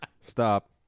Stop